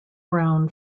brown